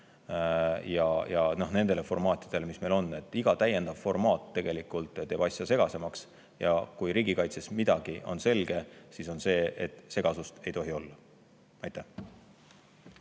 ja nendele formaatidele, mis meil on. Iga täiendav formaat tegelikult teeb asja segasemaks. Ja kui riigikaitses midagi on selge, siis see on see, et segasust ei tohi olla. Margit